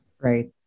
Right